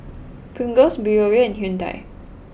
Pringles Biore and Hyundai